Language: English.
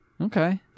Okay